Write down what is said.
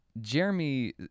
Jeremy